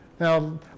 Now